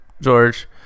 George